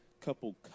couple